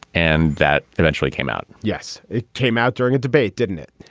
and that eventually came out. yes, it came out during a debate, didn't it?